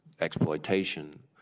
exploitation